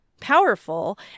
powerful